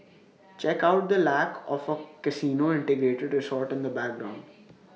check out the lack of A casino integrated resort in the background